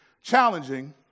challenging